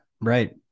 Right